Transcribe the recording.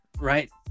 right